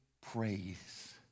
praise